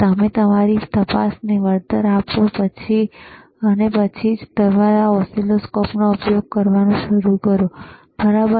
તમે તમારી તપાસને વળતર આપો પછી પછી અને પછી જ તમારા ઓસિલોસ્કોપનો ઉપયોગ કરવાનું શરૂ કરો બરાબર